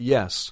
Yes